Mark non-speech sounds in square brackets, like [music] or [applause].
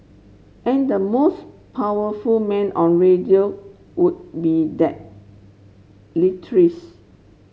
and the most powerful man on radio would be that [unintelligible]